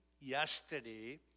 yesterday